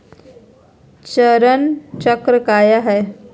चरण चक्र काया है?